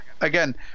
again